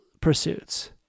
pursuits